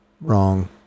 wrong